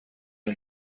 این